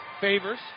favors